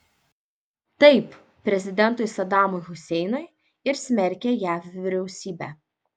taip prezidentui sadamui huseinui ir smerkė jav vyriausybę